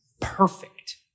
perfect